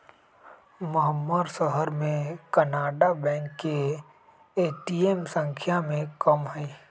महम्मर शहर में कनारा बैंक के ए.टी.एम संख्या में कम हई